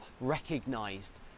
recognised